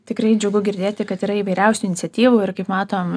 tikrai džiugu girdėti kad yra įvairiausių iniciatyvų ir kaip matom